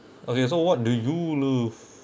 okay so what do you love